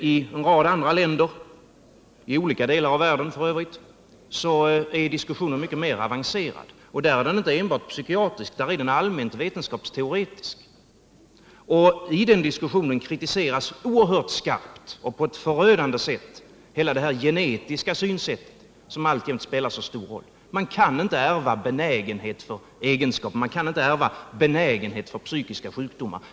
I en rad andra länder, i olika delar av världen f. ö., är diskussionen mycket mer avancerad, och där är den inte enbart psykiatrisk utan allmänt vetenskapsteoretisk. I den diskussionen kritiseras oerhört skarpt och på ett förödande sätt det genetiska synsättet som alltjämt spelar så stor roll. Man kan inte ärva benägenhet för egenskaper. Man kan inte ärva benägenhet för psykiatriska sjukdomar.